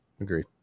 Agreed